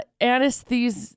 anesthesia